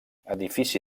edifici